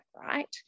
right